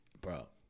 bro